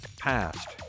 past